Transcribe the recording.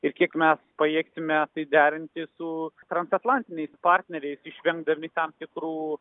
ir kiek mes pajėgsime tai derinti su transatlantiniais partneriais išvengdami tam tikrų